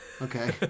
Okay